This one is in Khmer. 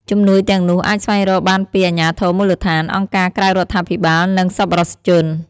ជំនួយទាំងនោះអាចស្វែងរកបានពី អាជ្ញាធរមូលដ្ឋាន អង្គការក្រៅរដ្ឋាភិបាលនិងសប្បុរសជន។